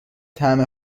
طعم